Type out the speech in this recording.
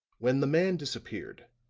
when the man disappeared,